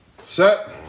Set